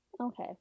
Okay